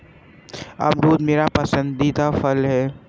अमरूद मेरा पसंदीदा फल है